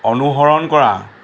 অনুসৰণ কৰা